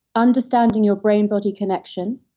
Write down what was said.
understanding your brain body connection,